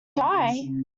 try